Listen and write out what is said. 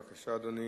אדוני,